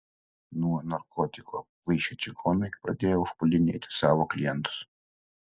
nuo narkotikų apkvaišę čigonai pradėjo užpuldinėti savo klientus